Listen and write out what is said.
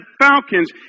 Falcons